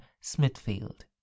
Smithfield